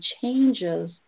changes